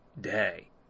day